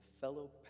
fellow